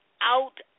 out